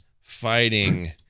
fighting